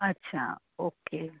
અચ્છા ઓકે